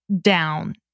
down